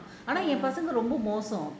ஆனா என் பசங்க ரொம்ப மோசம்:aana en pasanga romba mosam